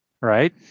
Right